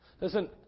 Listen